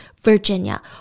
Virginia